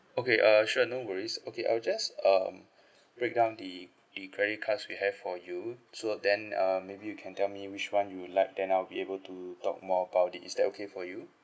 okay uh sure no worries okay I'll just um break down the the credit cards we have for you so then um maybe you can tell me which one you would like then I'll be able to talk more about it is that okay for you